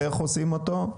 ואיך עושים אותו?